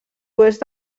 oest